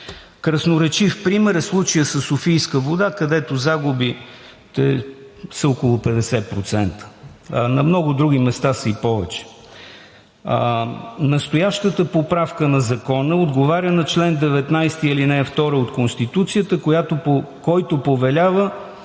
Красноречив пример е случаят със „Софийска вода“, където загубите са около 50%, а на много други места са и повече. Настоящата поправка на закона отговаря на чл. 19, ал. 2 от Конституцията, който повелява